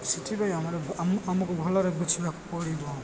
ସେଥିପାଇଁ ଆମର ଆମକୁ ଭଲରେ ବୁଝିବାକୁ ପଡ଼ିବ